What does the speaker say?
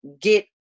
get